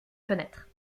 fenêtres